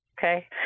Okay